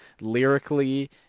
lyrically